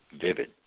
vivid